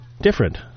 different